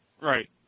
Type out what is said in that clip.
Right